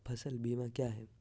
फ़सल बीमा क्या है?